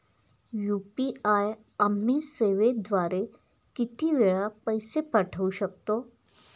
UPI आम्ही सेवेद्वारे किती वेळा पैसे पाठवू शकतो?